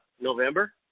November